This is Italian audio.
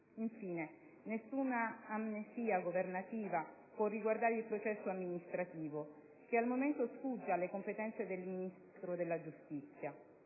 Infine, nessuna amnesia governativa può riguardare il processo amministrativo, che al momento sfugge alle competenze del Ministro della giustizia.